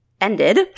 ended